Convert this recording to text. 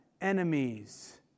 enemies